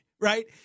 right